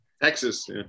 Texas